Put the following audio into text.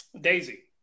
Daisy